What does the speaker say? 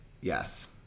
Yes